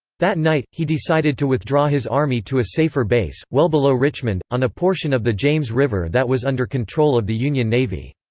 that night, he decided to withdraw his army to a safer base, well below richmond, on a portion of the james river that was under control of the union navy.